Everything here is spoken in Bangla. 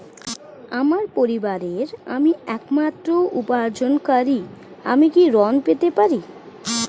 আমার পরিবারের আমি একমাত্র উপার্জনকারী আমি কি ঋণ পেতে পারি?